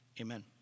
Amen